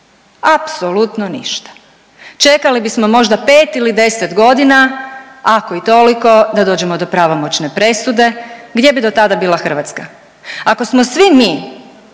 apsolutno ništa, čekali bismo možda 5 ili 10.g., ako i toliko, da dođemo do pravomoćne presude, gdje bi do tada bila Hrvatska? Ako smo svi mi